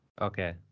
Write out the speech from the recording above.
Okay